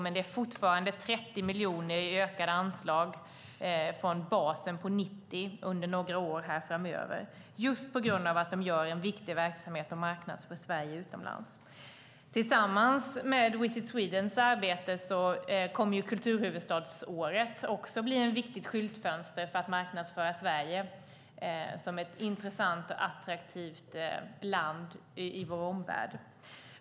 Men det är fortfarande 30 miljoner i ökade anslag, från basen på 90, under några år framöver, just på grund av att de har en viktig verksamhet och marknadsför Sverige utomlands. Tillsammans med Visit Swedens arbete kommer kulturhuvudstadsåret också att bli ett viktigt skyltfönster för att marknadsföra Sverige som ett intressant och attraktivt land i vår omvärld.